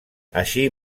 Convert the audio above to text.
així